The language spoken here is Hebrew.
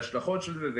טוב מאוד.